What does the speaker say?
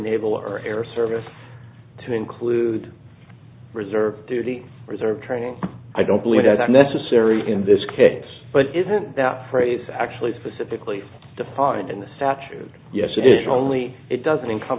naval or air service to include reserve duty reserve training i don't believe that necessary in this case but isn't that phrase actually specifically defined in the statute yes additionally it doesn't encom